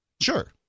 sure